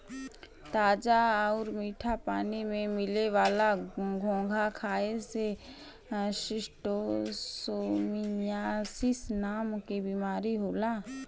ताजा आउर मीठा पानी में मिले वाला घोंघा खाए से शिस्टोसोमियासिस नाम के बीमारी होला